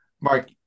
Mark